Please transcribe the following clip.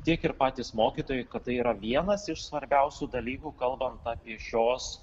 tiek ir patys mokytojai kad tai yra vienas iš svarbiausių dalykų kalbant apie šios